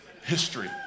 history